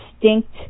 distinct